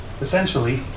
Essentially